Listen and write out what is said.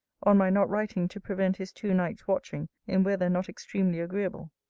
on my not writing to prevent his two nights watching, in weather not extremely agreeable.